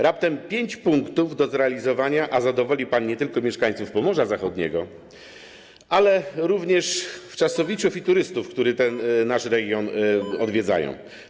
Raptem pięć punktów do zrealizowania, a zadowoli pan nie tylko mieszkańców Pomorza Zachodniego, ale również wczasowiczów i turystów, którzy nasz region odwiedzają.